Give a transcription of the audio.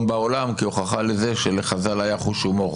בעולם כהוכחה לזה שלחז"ל היה חוש הומור.